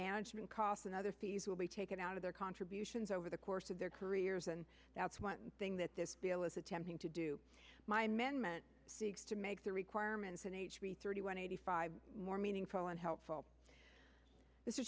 management costs and other fees will be taken out of their contributions over the course of their careers and that's one thing that this deal is attempting to do my men meant seeks to make the requirements in h b thirty one eighty five more meaningful and helpful this is